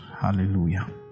Hallelujah